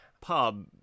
pub